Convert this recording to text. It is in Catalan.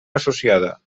associada